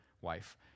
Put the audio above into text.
wife